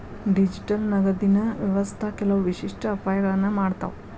digital ನಗದಿನ್ ವ್ಯವಸ್ಥಾ ಕೆಲವು ವಿಶಿಷ್ಟ ಅಪಾಯಗಳನ್ನ ಮಾಡತಾವ